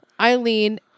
Eileen